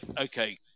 okay